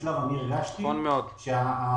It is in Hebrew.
נכון מאוד.